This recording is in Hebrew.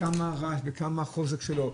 כמה רעש וכמה החוזק שלו.